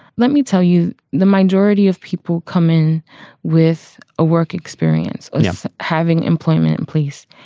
let me tell you, the majority of people come in with a work experience having employment in place.